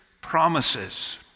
promises